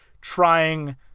trying